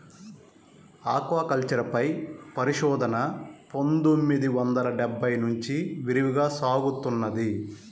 aquaculture పై పరిశోధన పందొమ్మిది వందల డెబ్బై నుంచి విరివిగా సాగుతున్నది